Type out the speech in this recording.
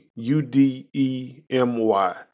U-D-E-M-Y